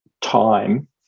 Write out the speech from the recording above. time